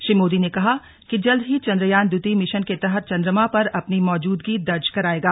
श्री मोदी ने कहा कि जल्द ही चंद्रयान द्वितीय मिशन के तहत चंद्रमा पर अपनी मौजूदगी दर्ज कराएगा